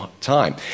time